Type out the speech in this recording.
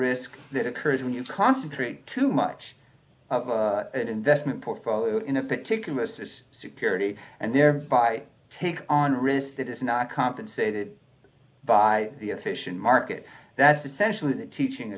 risk that occurs when you concentrate too much of an investment portfolio in a particular as is security and thereby take on risk that is not compensated by the efficient market that's essentially the teaching